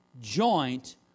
joint